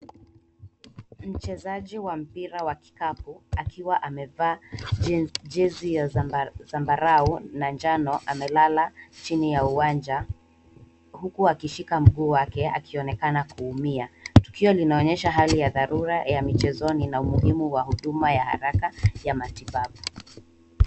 Mchezaji wa mpira wa kikapu, akiwa amevaa jinsi ya zambarau na njano ,amelala chini ya uwanja, huku akishika mguu wake, akionekana kuumia. Tukio linaonyesha hali ya dharura ya michezoni na muhimu wa huduma ya haraka ya matibabu.